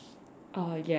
uh yes